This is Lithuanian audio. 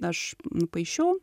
aš nupaišiau